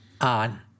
on